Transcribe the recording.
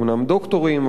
אומנם דוקטורים,